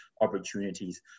opportunities